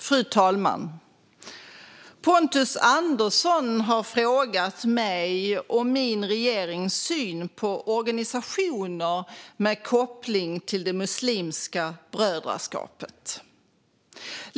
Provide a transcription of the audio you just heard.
Fru talman! Pontus Andersson har frågat mig om min och regeringens syn på organisationer med koppling till Muslimska brödraskapet.